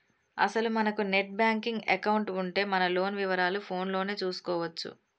అసలు మనకు net banking account ఉంటే మన లోన్ వివరాలు ఫోన్ లోనే చూసుకోవచ్చు